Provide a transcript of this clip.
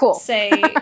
say